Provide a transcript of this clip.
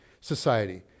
society